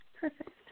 Perfect